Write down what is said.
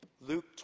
Luke